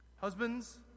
Husbands